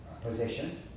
position